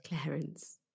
Clarence